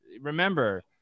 remember